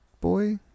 Boy